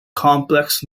complex